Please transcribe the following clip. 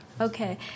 Okay